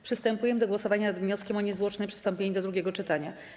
Przystępujemy do głosowania nad wnioskiem o niezwłoczne przystąpienie do drugiego czytania.